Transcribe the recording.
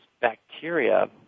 bacteria